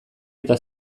eta